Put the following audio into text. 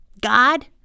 God